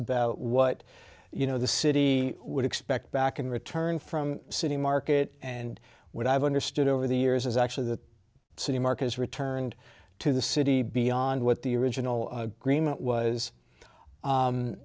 about what you know the city would expect back in return from citi market and would have understood over the years is actually the city mark has returned to the city beyond what the original agreement